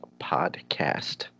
Podcast